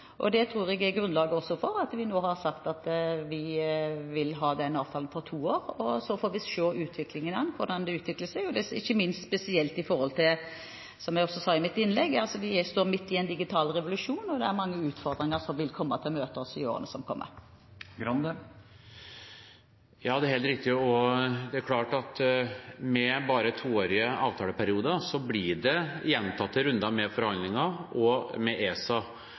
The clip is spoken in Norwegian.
Det tror jeg også er grunnlaget for at vi nå har sagt at vi vil ha den avtalen for to år. Så får vi se utviklingen an, ikke minst hvordan det utvikler seg med tanke på, som jeg også sa i mitt innlegg, at vi står midt i en digital revolusjon, og det er mange utfordringer som vil komme til å møte oss i årene som kommer. Ja, det er helt riktig, og det er klart at med bare toårige avtaleperioder, blir det gjentatte runder med forhandlinger med ESA.